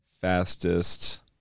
fastest